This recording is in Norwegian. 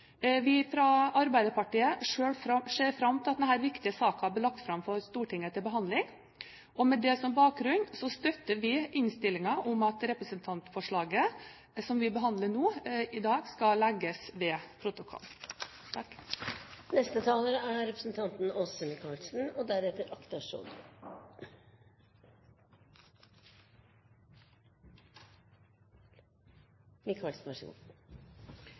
forslagene fra NOU-en. Vi i Arbeiderpartiet ser fram til at denne viktige saken blir lagt fram for Stortinget til behandling. Og med det som bakgrunn støtter vi innstillingen om at representantforslaget som vi behandler nå, skal legges ved protokollen. Ungdomsfengsel er ikke et nytt fenomen. Opp gjennom historien har det eksistert utallige slike fengsler, eller rettere sagt institusjoner. Så